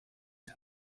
iki